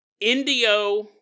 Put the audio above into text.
Indio